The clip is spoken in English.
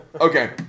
Okay